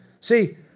See